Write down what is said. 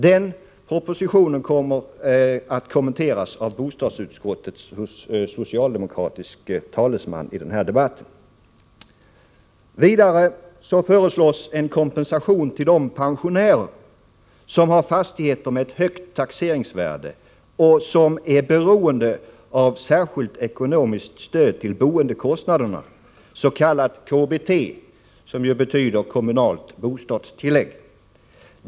Den propositionen kommer att kommenteras av bostadsutskottets socialdemokratiske talesman i denna debatt. Vidare föreslås en kompensation till de pensionärer som har fastigheter med ett högt taxeringsvärde och som är beroende av särskilt ekonomiskt stöd till boendekostnaden —s.k. KBT, som ju betyder kommunalt bostadstillägg.